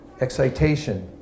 excitation